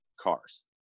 cars